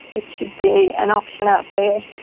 it should be an option out there.